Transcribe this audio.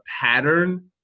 pattern